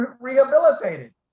rehabilitated